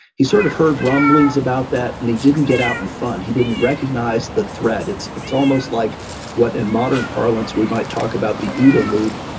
he sort of heard rumblings about that and he didn't get out in front. he didn't recognize the threat it's it's almost like what in modern parlance we might talk about the ooda loop,